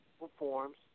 performs